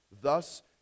thus